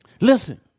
Listen